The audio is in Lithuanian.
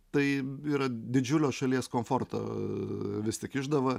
tai yra didžiulio šalies komforto vis tik išdava